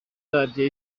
radio